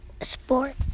sport